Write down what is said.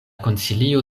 konsilio